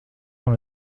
dans